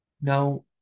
now